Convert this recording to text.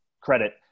credit